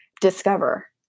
discover